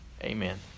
Amen